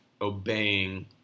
obeying